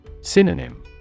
Synonym